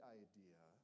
idea